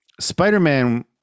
spider-man